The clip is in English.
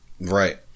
Right